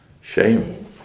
Shame